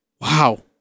Wow